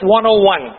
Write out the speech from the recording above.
101